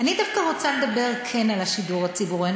אני דווקא רוצה כן לדבר על השידור הציבורי.